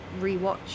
rewatch